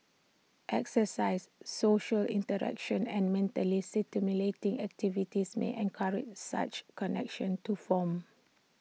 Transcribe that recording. exercise social interaction and mentally stimulating activities may encourage such connections to form